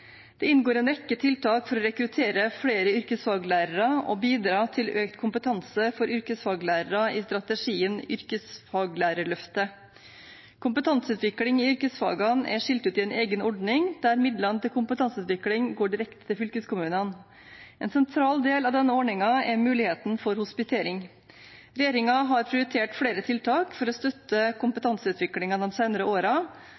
Det inngår en rekke tiltak for å rekruttere flere yrkesfaglærere og bidra til økt kompetanse for yrkesfaglærere i strategien Yrkesfaglærerløftet. Kompetanseutvikling i yrkesfagene er skilt ut i en egen ordning der midlene til kompetanseutvikling går direkte til fylkeskommunene. En sentral del av denne ordningen er muligheten for hospitering. Regjeringen har prioritert flere tiltak for å støtte